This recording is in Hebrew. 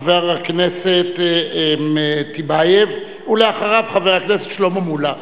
חבר הכנסת טיבייב, ואחריו, חבר הכנסת שלמה מולה,